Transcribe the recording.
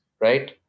right